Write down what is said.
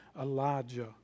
Elijah